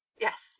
Yes